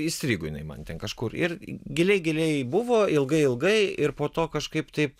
įstrigo jinai man ten kažkur ir giliai giliai buvo ilgai ilgai ir po to kažkaip taip